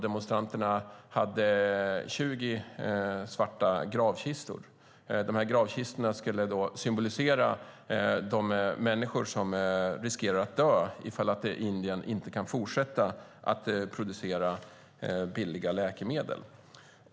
Demonstranterna hade 20 svarta gravkistor som skulle symbolisera de människor som riskerar att dö ifall Indien inte kan fortsätta producera billiga läkemedel.